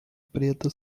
preta